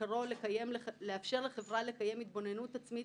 אם בחוק הנכבה עסקינן,